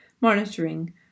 Monitoring